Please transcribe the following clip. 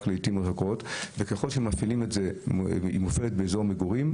לעיתים רחוקות וככל שזה מופעל באזור מגורים,